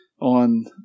on